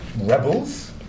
rebels